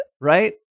Right